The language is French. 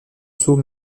saut